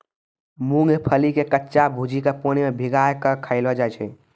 मूंगफली के कच्चा भूजिके पानी मे भिंगाय कय खायलो जाय छै